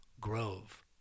grove